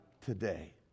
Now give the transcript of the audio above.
today